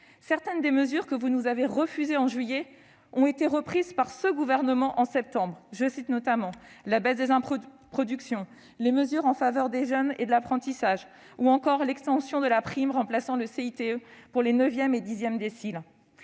Certaines des mesures que vous nous avez refusées en juillet ont été reprises par le Gouvernement en septembre. Je citerai, entre autres, la baisse des impôts de production, les mesures en faveur des jeunes et de l'apprentissage, ou encore l'extension de la prime remplaçant le crédit d'impôt